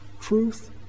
truth